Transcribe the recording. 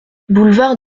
boulevard